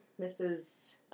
Mrs